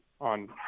on